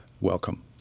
welcome